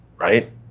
right